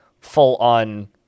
full-on